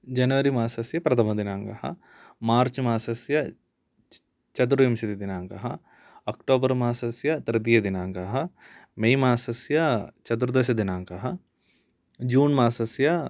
जनवरीमासस्य प्रथमः दिनाङ्कः मार्च् मासस्य चतुर्विंशति दिनाङ्कः अक्टोबर् मासस्य तृतीयदिनाङ्कः मे मासस्य चतुर्दशदिनाङ्कः जून् मासस्य